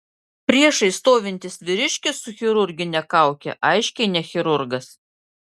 priešais stovintis vyriškis su chirurgine kauke aiškiai ne chirurgas